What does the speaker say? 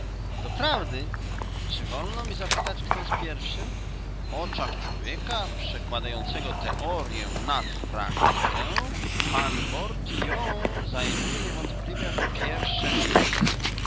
doprawdy czy wolno mi zapytać kto jest pierwszym w oczach człowieka przekładającego teoryę nad praktykę pan bortillon zajmuje niewątpliwie pierwsze miejsce